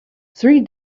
three